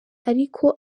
ariko